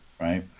right